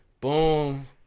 Boom